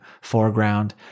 foreground